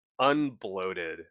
unbloated